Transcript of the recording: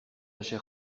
chair